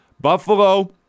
Buffalo